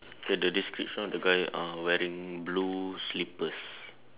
the the description of the guy uh wearing blue slippers